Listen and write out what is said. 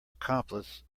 accomplice